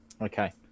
Okay